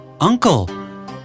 uncle